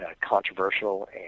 controversial